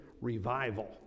revival